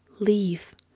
leave